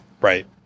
Right